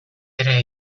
ere